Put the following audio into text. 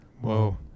Whoa